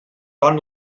ton